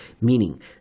meaning